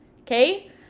Okay